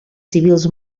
civils